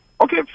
Okay